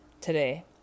today